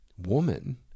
woman